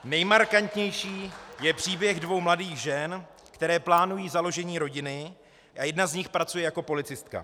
Nejmarkantnější je příběh dvou mladých žen, které plánují založení rodiny, a jedna z nich pracuje jako policistka.